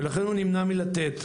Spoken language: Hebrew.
ולכן הוא נמנע מלתת.